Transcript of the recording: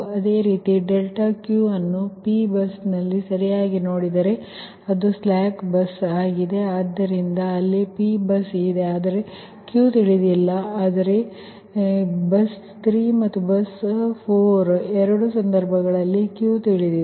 ಅದೇ ರೀತಿ Q ನ್ನು P ಬಸ್ನಲ್ಲಿ ಸರಿಯಾಗಿ ನೋಡಿದರೆ ಅದು ಸ್ಲಾಕ್ ಬಸ್ ಆಗಿದೆ ಆದ್ದರಿಂದ ಅಲ್ಲಿ Pಬಸ್ ಇದೆ ಆದರೆ Q ತಿಳಿದಿಲ್ಲ ಆದರೆ ಬಸ್ 3 ಮತ್ತು ಬಸ್ 4 ಎರಡೂ ಸಂದರ್ಭಗಳಲ್ಲಿ Q ತಿಳಿದಿದೆ